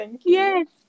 Yes